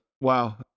Wow